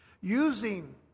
using